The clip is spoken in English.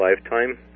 lifetime